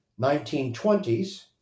1920s